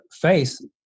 face